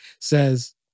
says